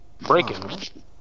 Breaking